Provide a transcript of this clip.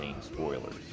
Spoilers